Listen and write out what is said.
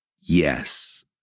yes